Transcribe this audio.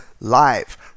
live